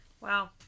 Wow